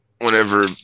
whenever